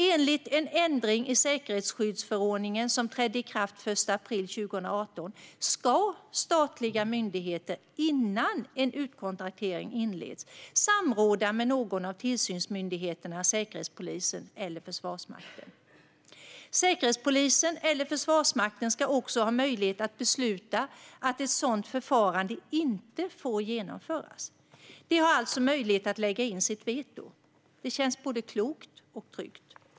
Enligt en ändring i säkerhetsskyddsförordningen som trädde i kraft den 1 april 2018 ska statliga myndigheter innan en utkontraktering inleds samråda med någon av tillsynsmyndigheterna Säkerhetspolisen eller Försvarsmakten. Säkerhetspolisen eller Försvarsmakten ska också ha möjlighet att besluta att ett sådant förfarande inte får genomföras. De har alltså möjlighet att lägga in sitt veto. Det känns både klokt och tryggt.